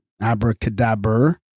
abracadabra